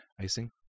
Icing